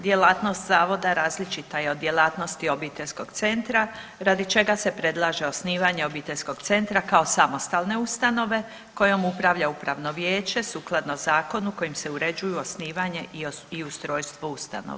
Djelatnost zavoda različita je od djelatnosti obiteljskog centra radi čega se predlaže osnivanje obiteljskog centra kao samostalne ustanove kojom upravlja upravno vijeće sukladno zakonu kojim se uređuje osnivanje i ustrojstvo ustanova.